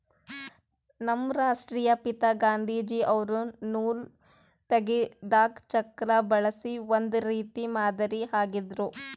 ನಮ್ ರಾಷ್ಟ್ರಪಿತಾ ಗಾಂಧೀಜಿ ಅವ್ರು ನೂಲ್ ತೆಗೆದಕ್ ಚಕ್ರಾ ಬಳಸಿ ಒಂದ್ ರೀತಿ ಮಾದರಿ ಆಗಿದ್ರು